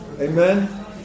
Amen